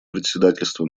председательства